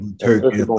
turkey